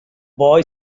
boy